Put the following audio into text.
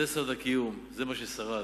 זה סוד הקיום, זה מה ששרד,